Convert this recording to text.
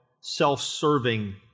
self-serving